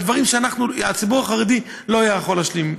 על דברים שהציבור החרדי לא יכול להשלים איתם.